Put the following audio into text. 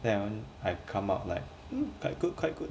then whe~ I come out like mm quite good quite good